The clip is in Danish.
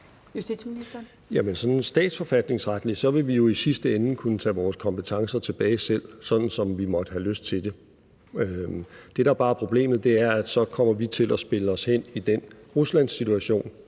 (Nick Hækkerup): Sådan statsforfatningsretligt vil vi jo i sidste ende kunne tage vores kompetencer tilbage selv, sådan som vi måtte have lyst til det. Det, der bare er problemet, er, at så kommer vi til at spille os hen i den Ruslandssituation,